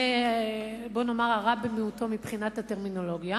זה בוא נאמר הרע במיעוטו מבחינת הטרמינולוגיה.